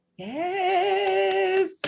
Yes